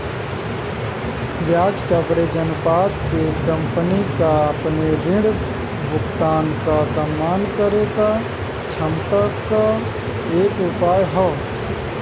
ब्याज कवरेज अनुपात एक कंपनी क अपने ऋण भुगतान क सम्मान करे क क्षमता क एक उपाय हौ